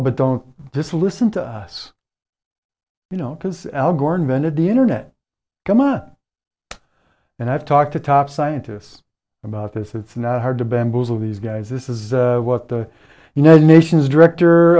but don't just listen to us you know because al gore invented the internet come on and i've talked to top scientists about this it's not hard to bamboozle these guys this is what the you know the nation's director